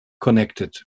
connected